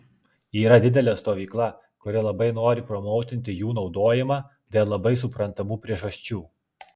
yra didelė stovykla kuri labai nori promautinti jų naudojimą dėl labai suprantamų priežasčių